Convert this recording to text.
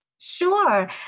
Sure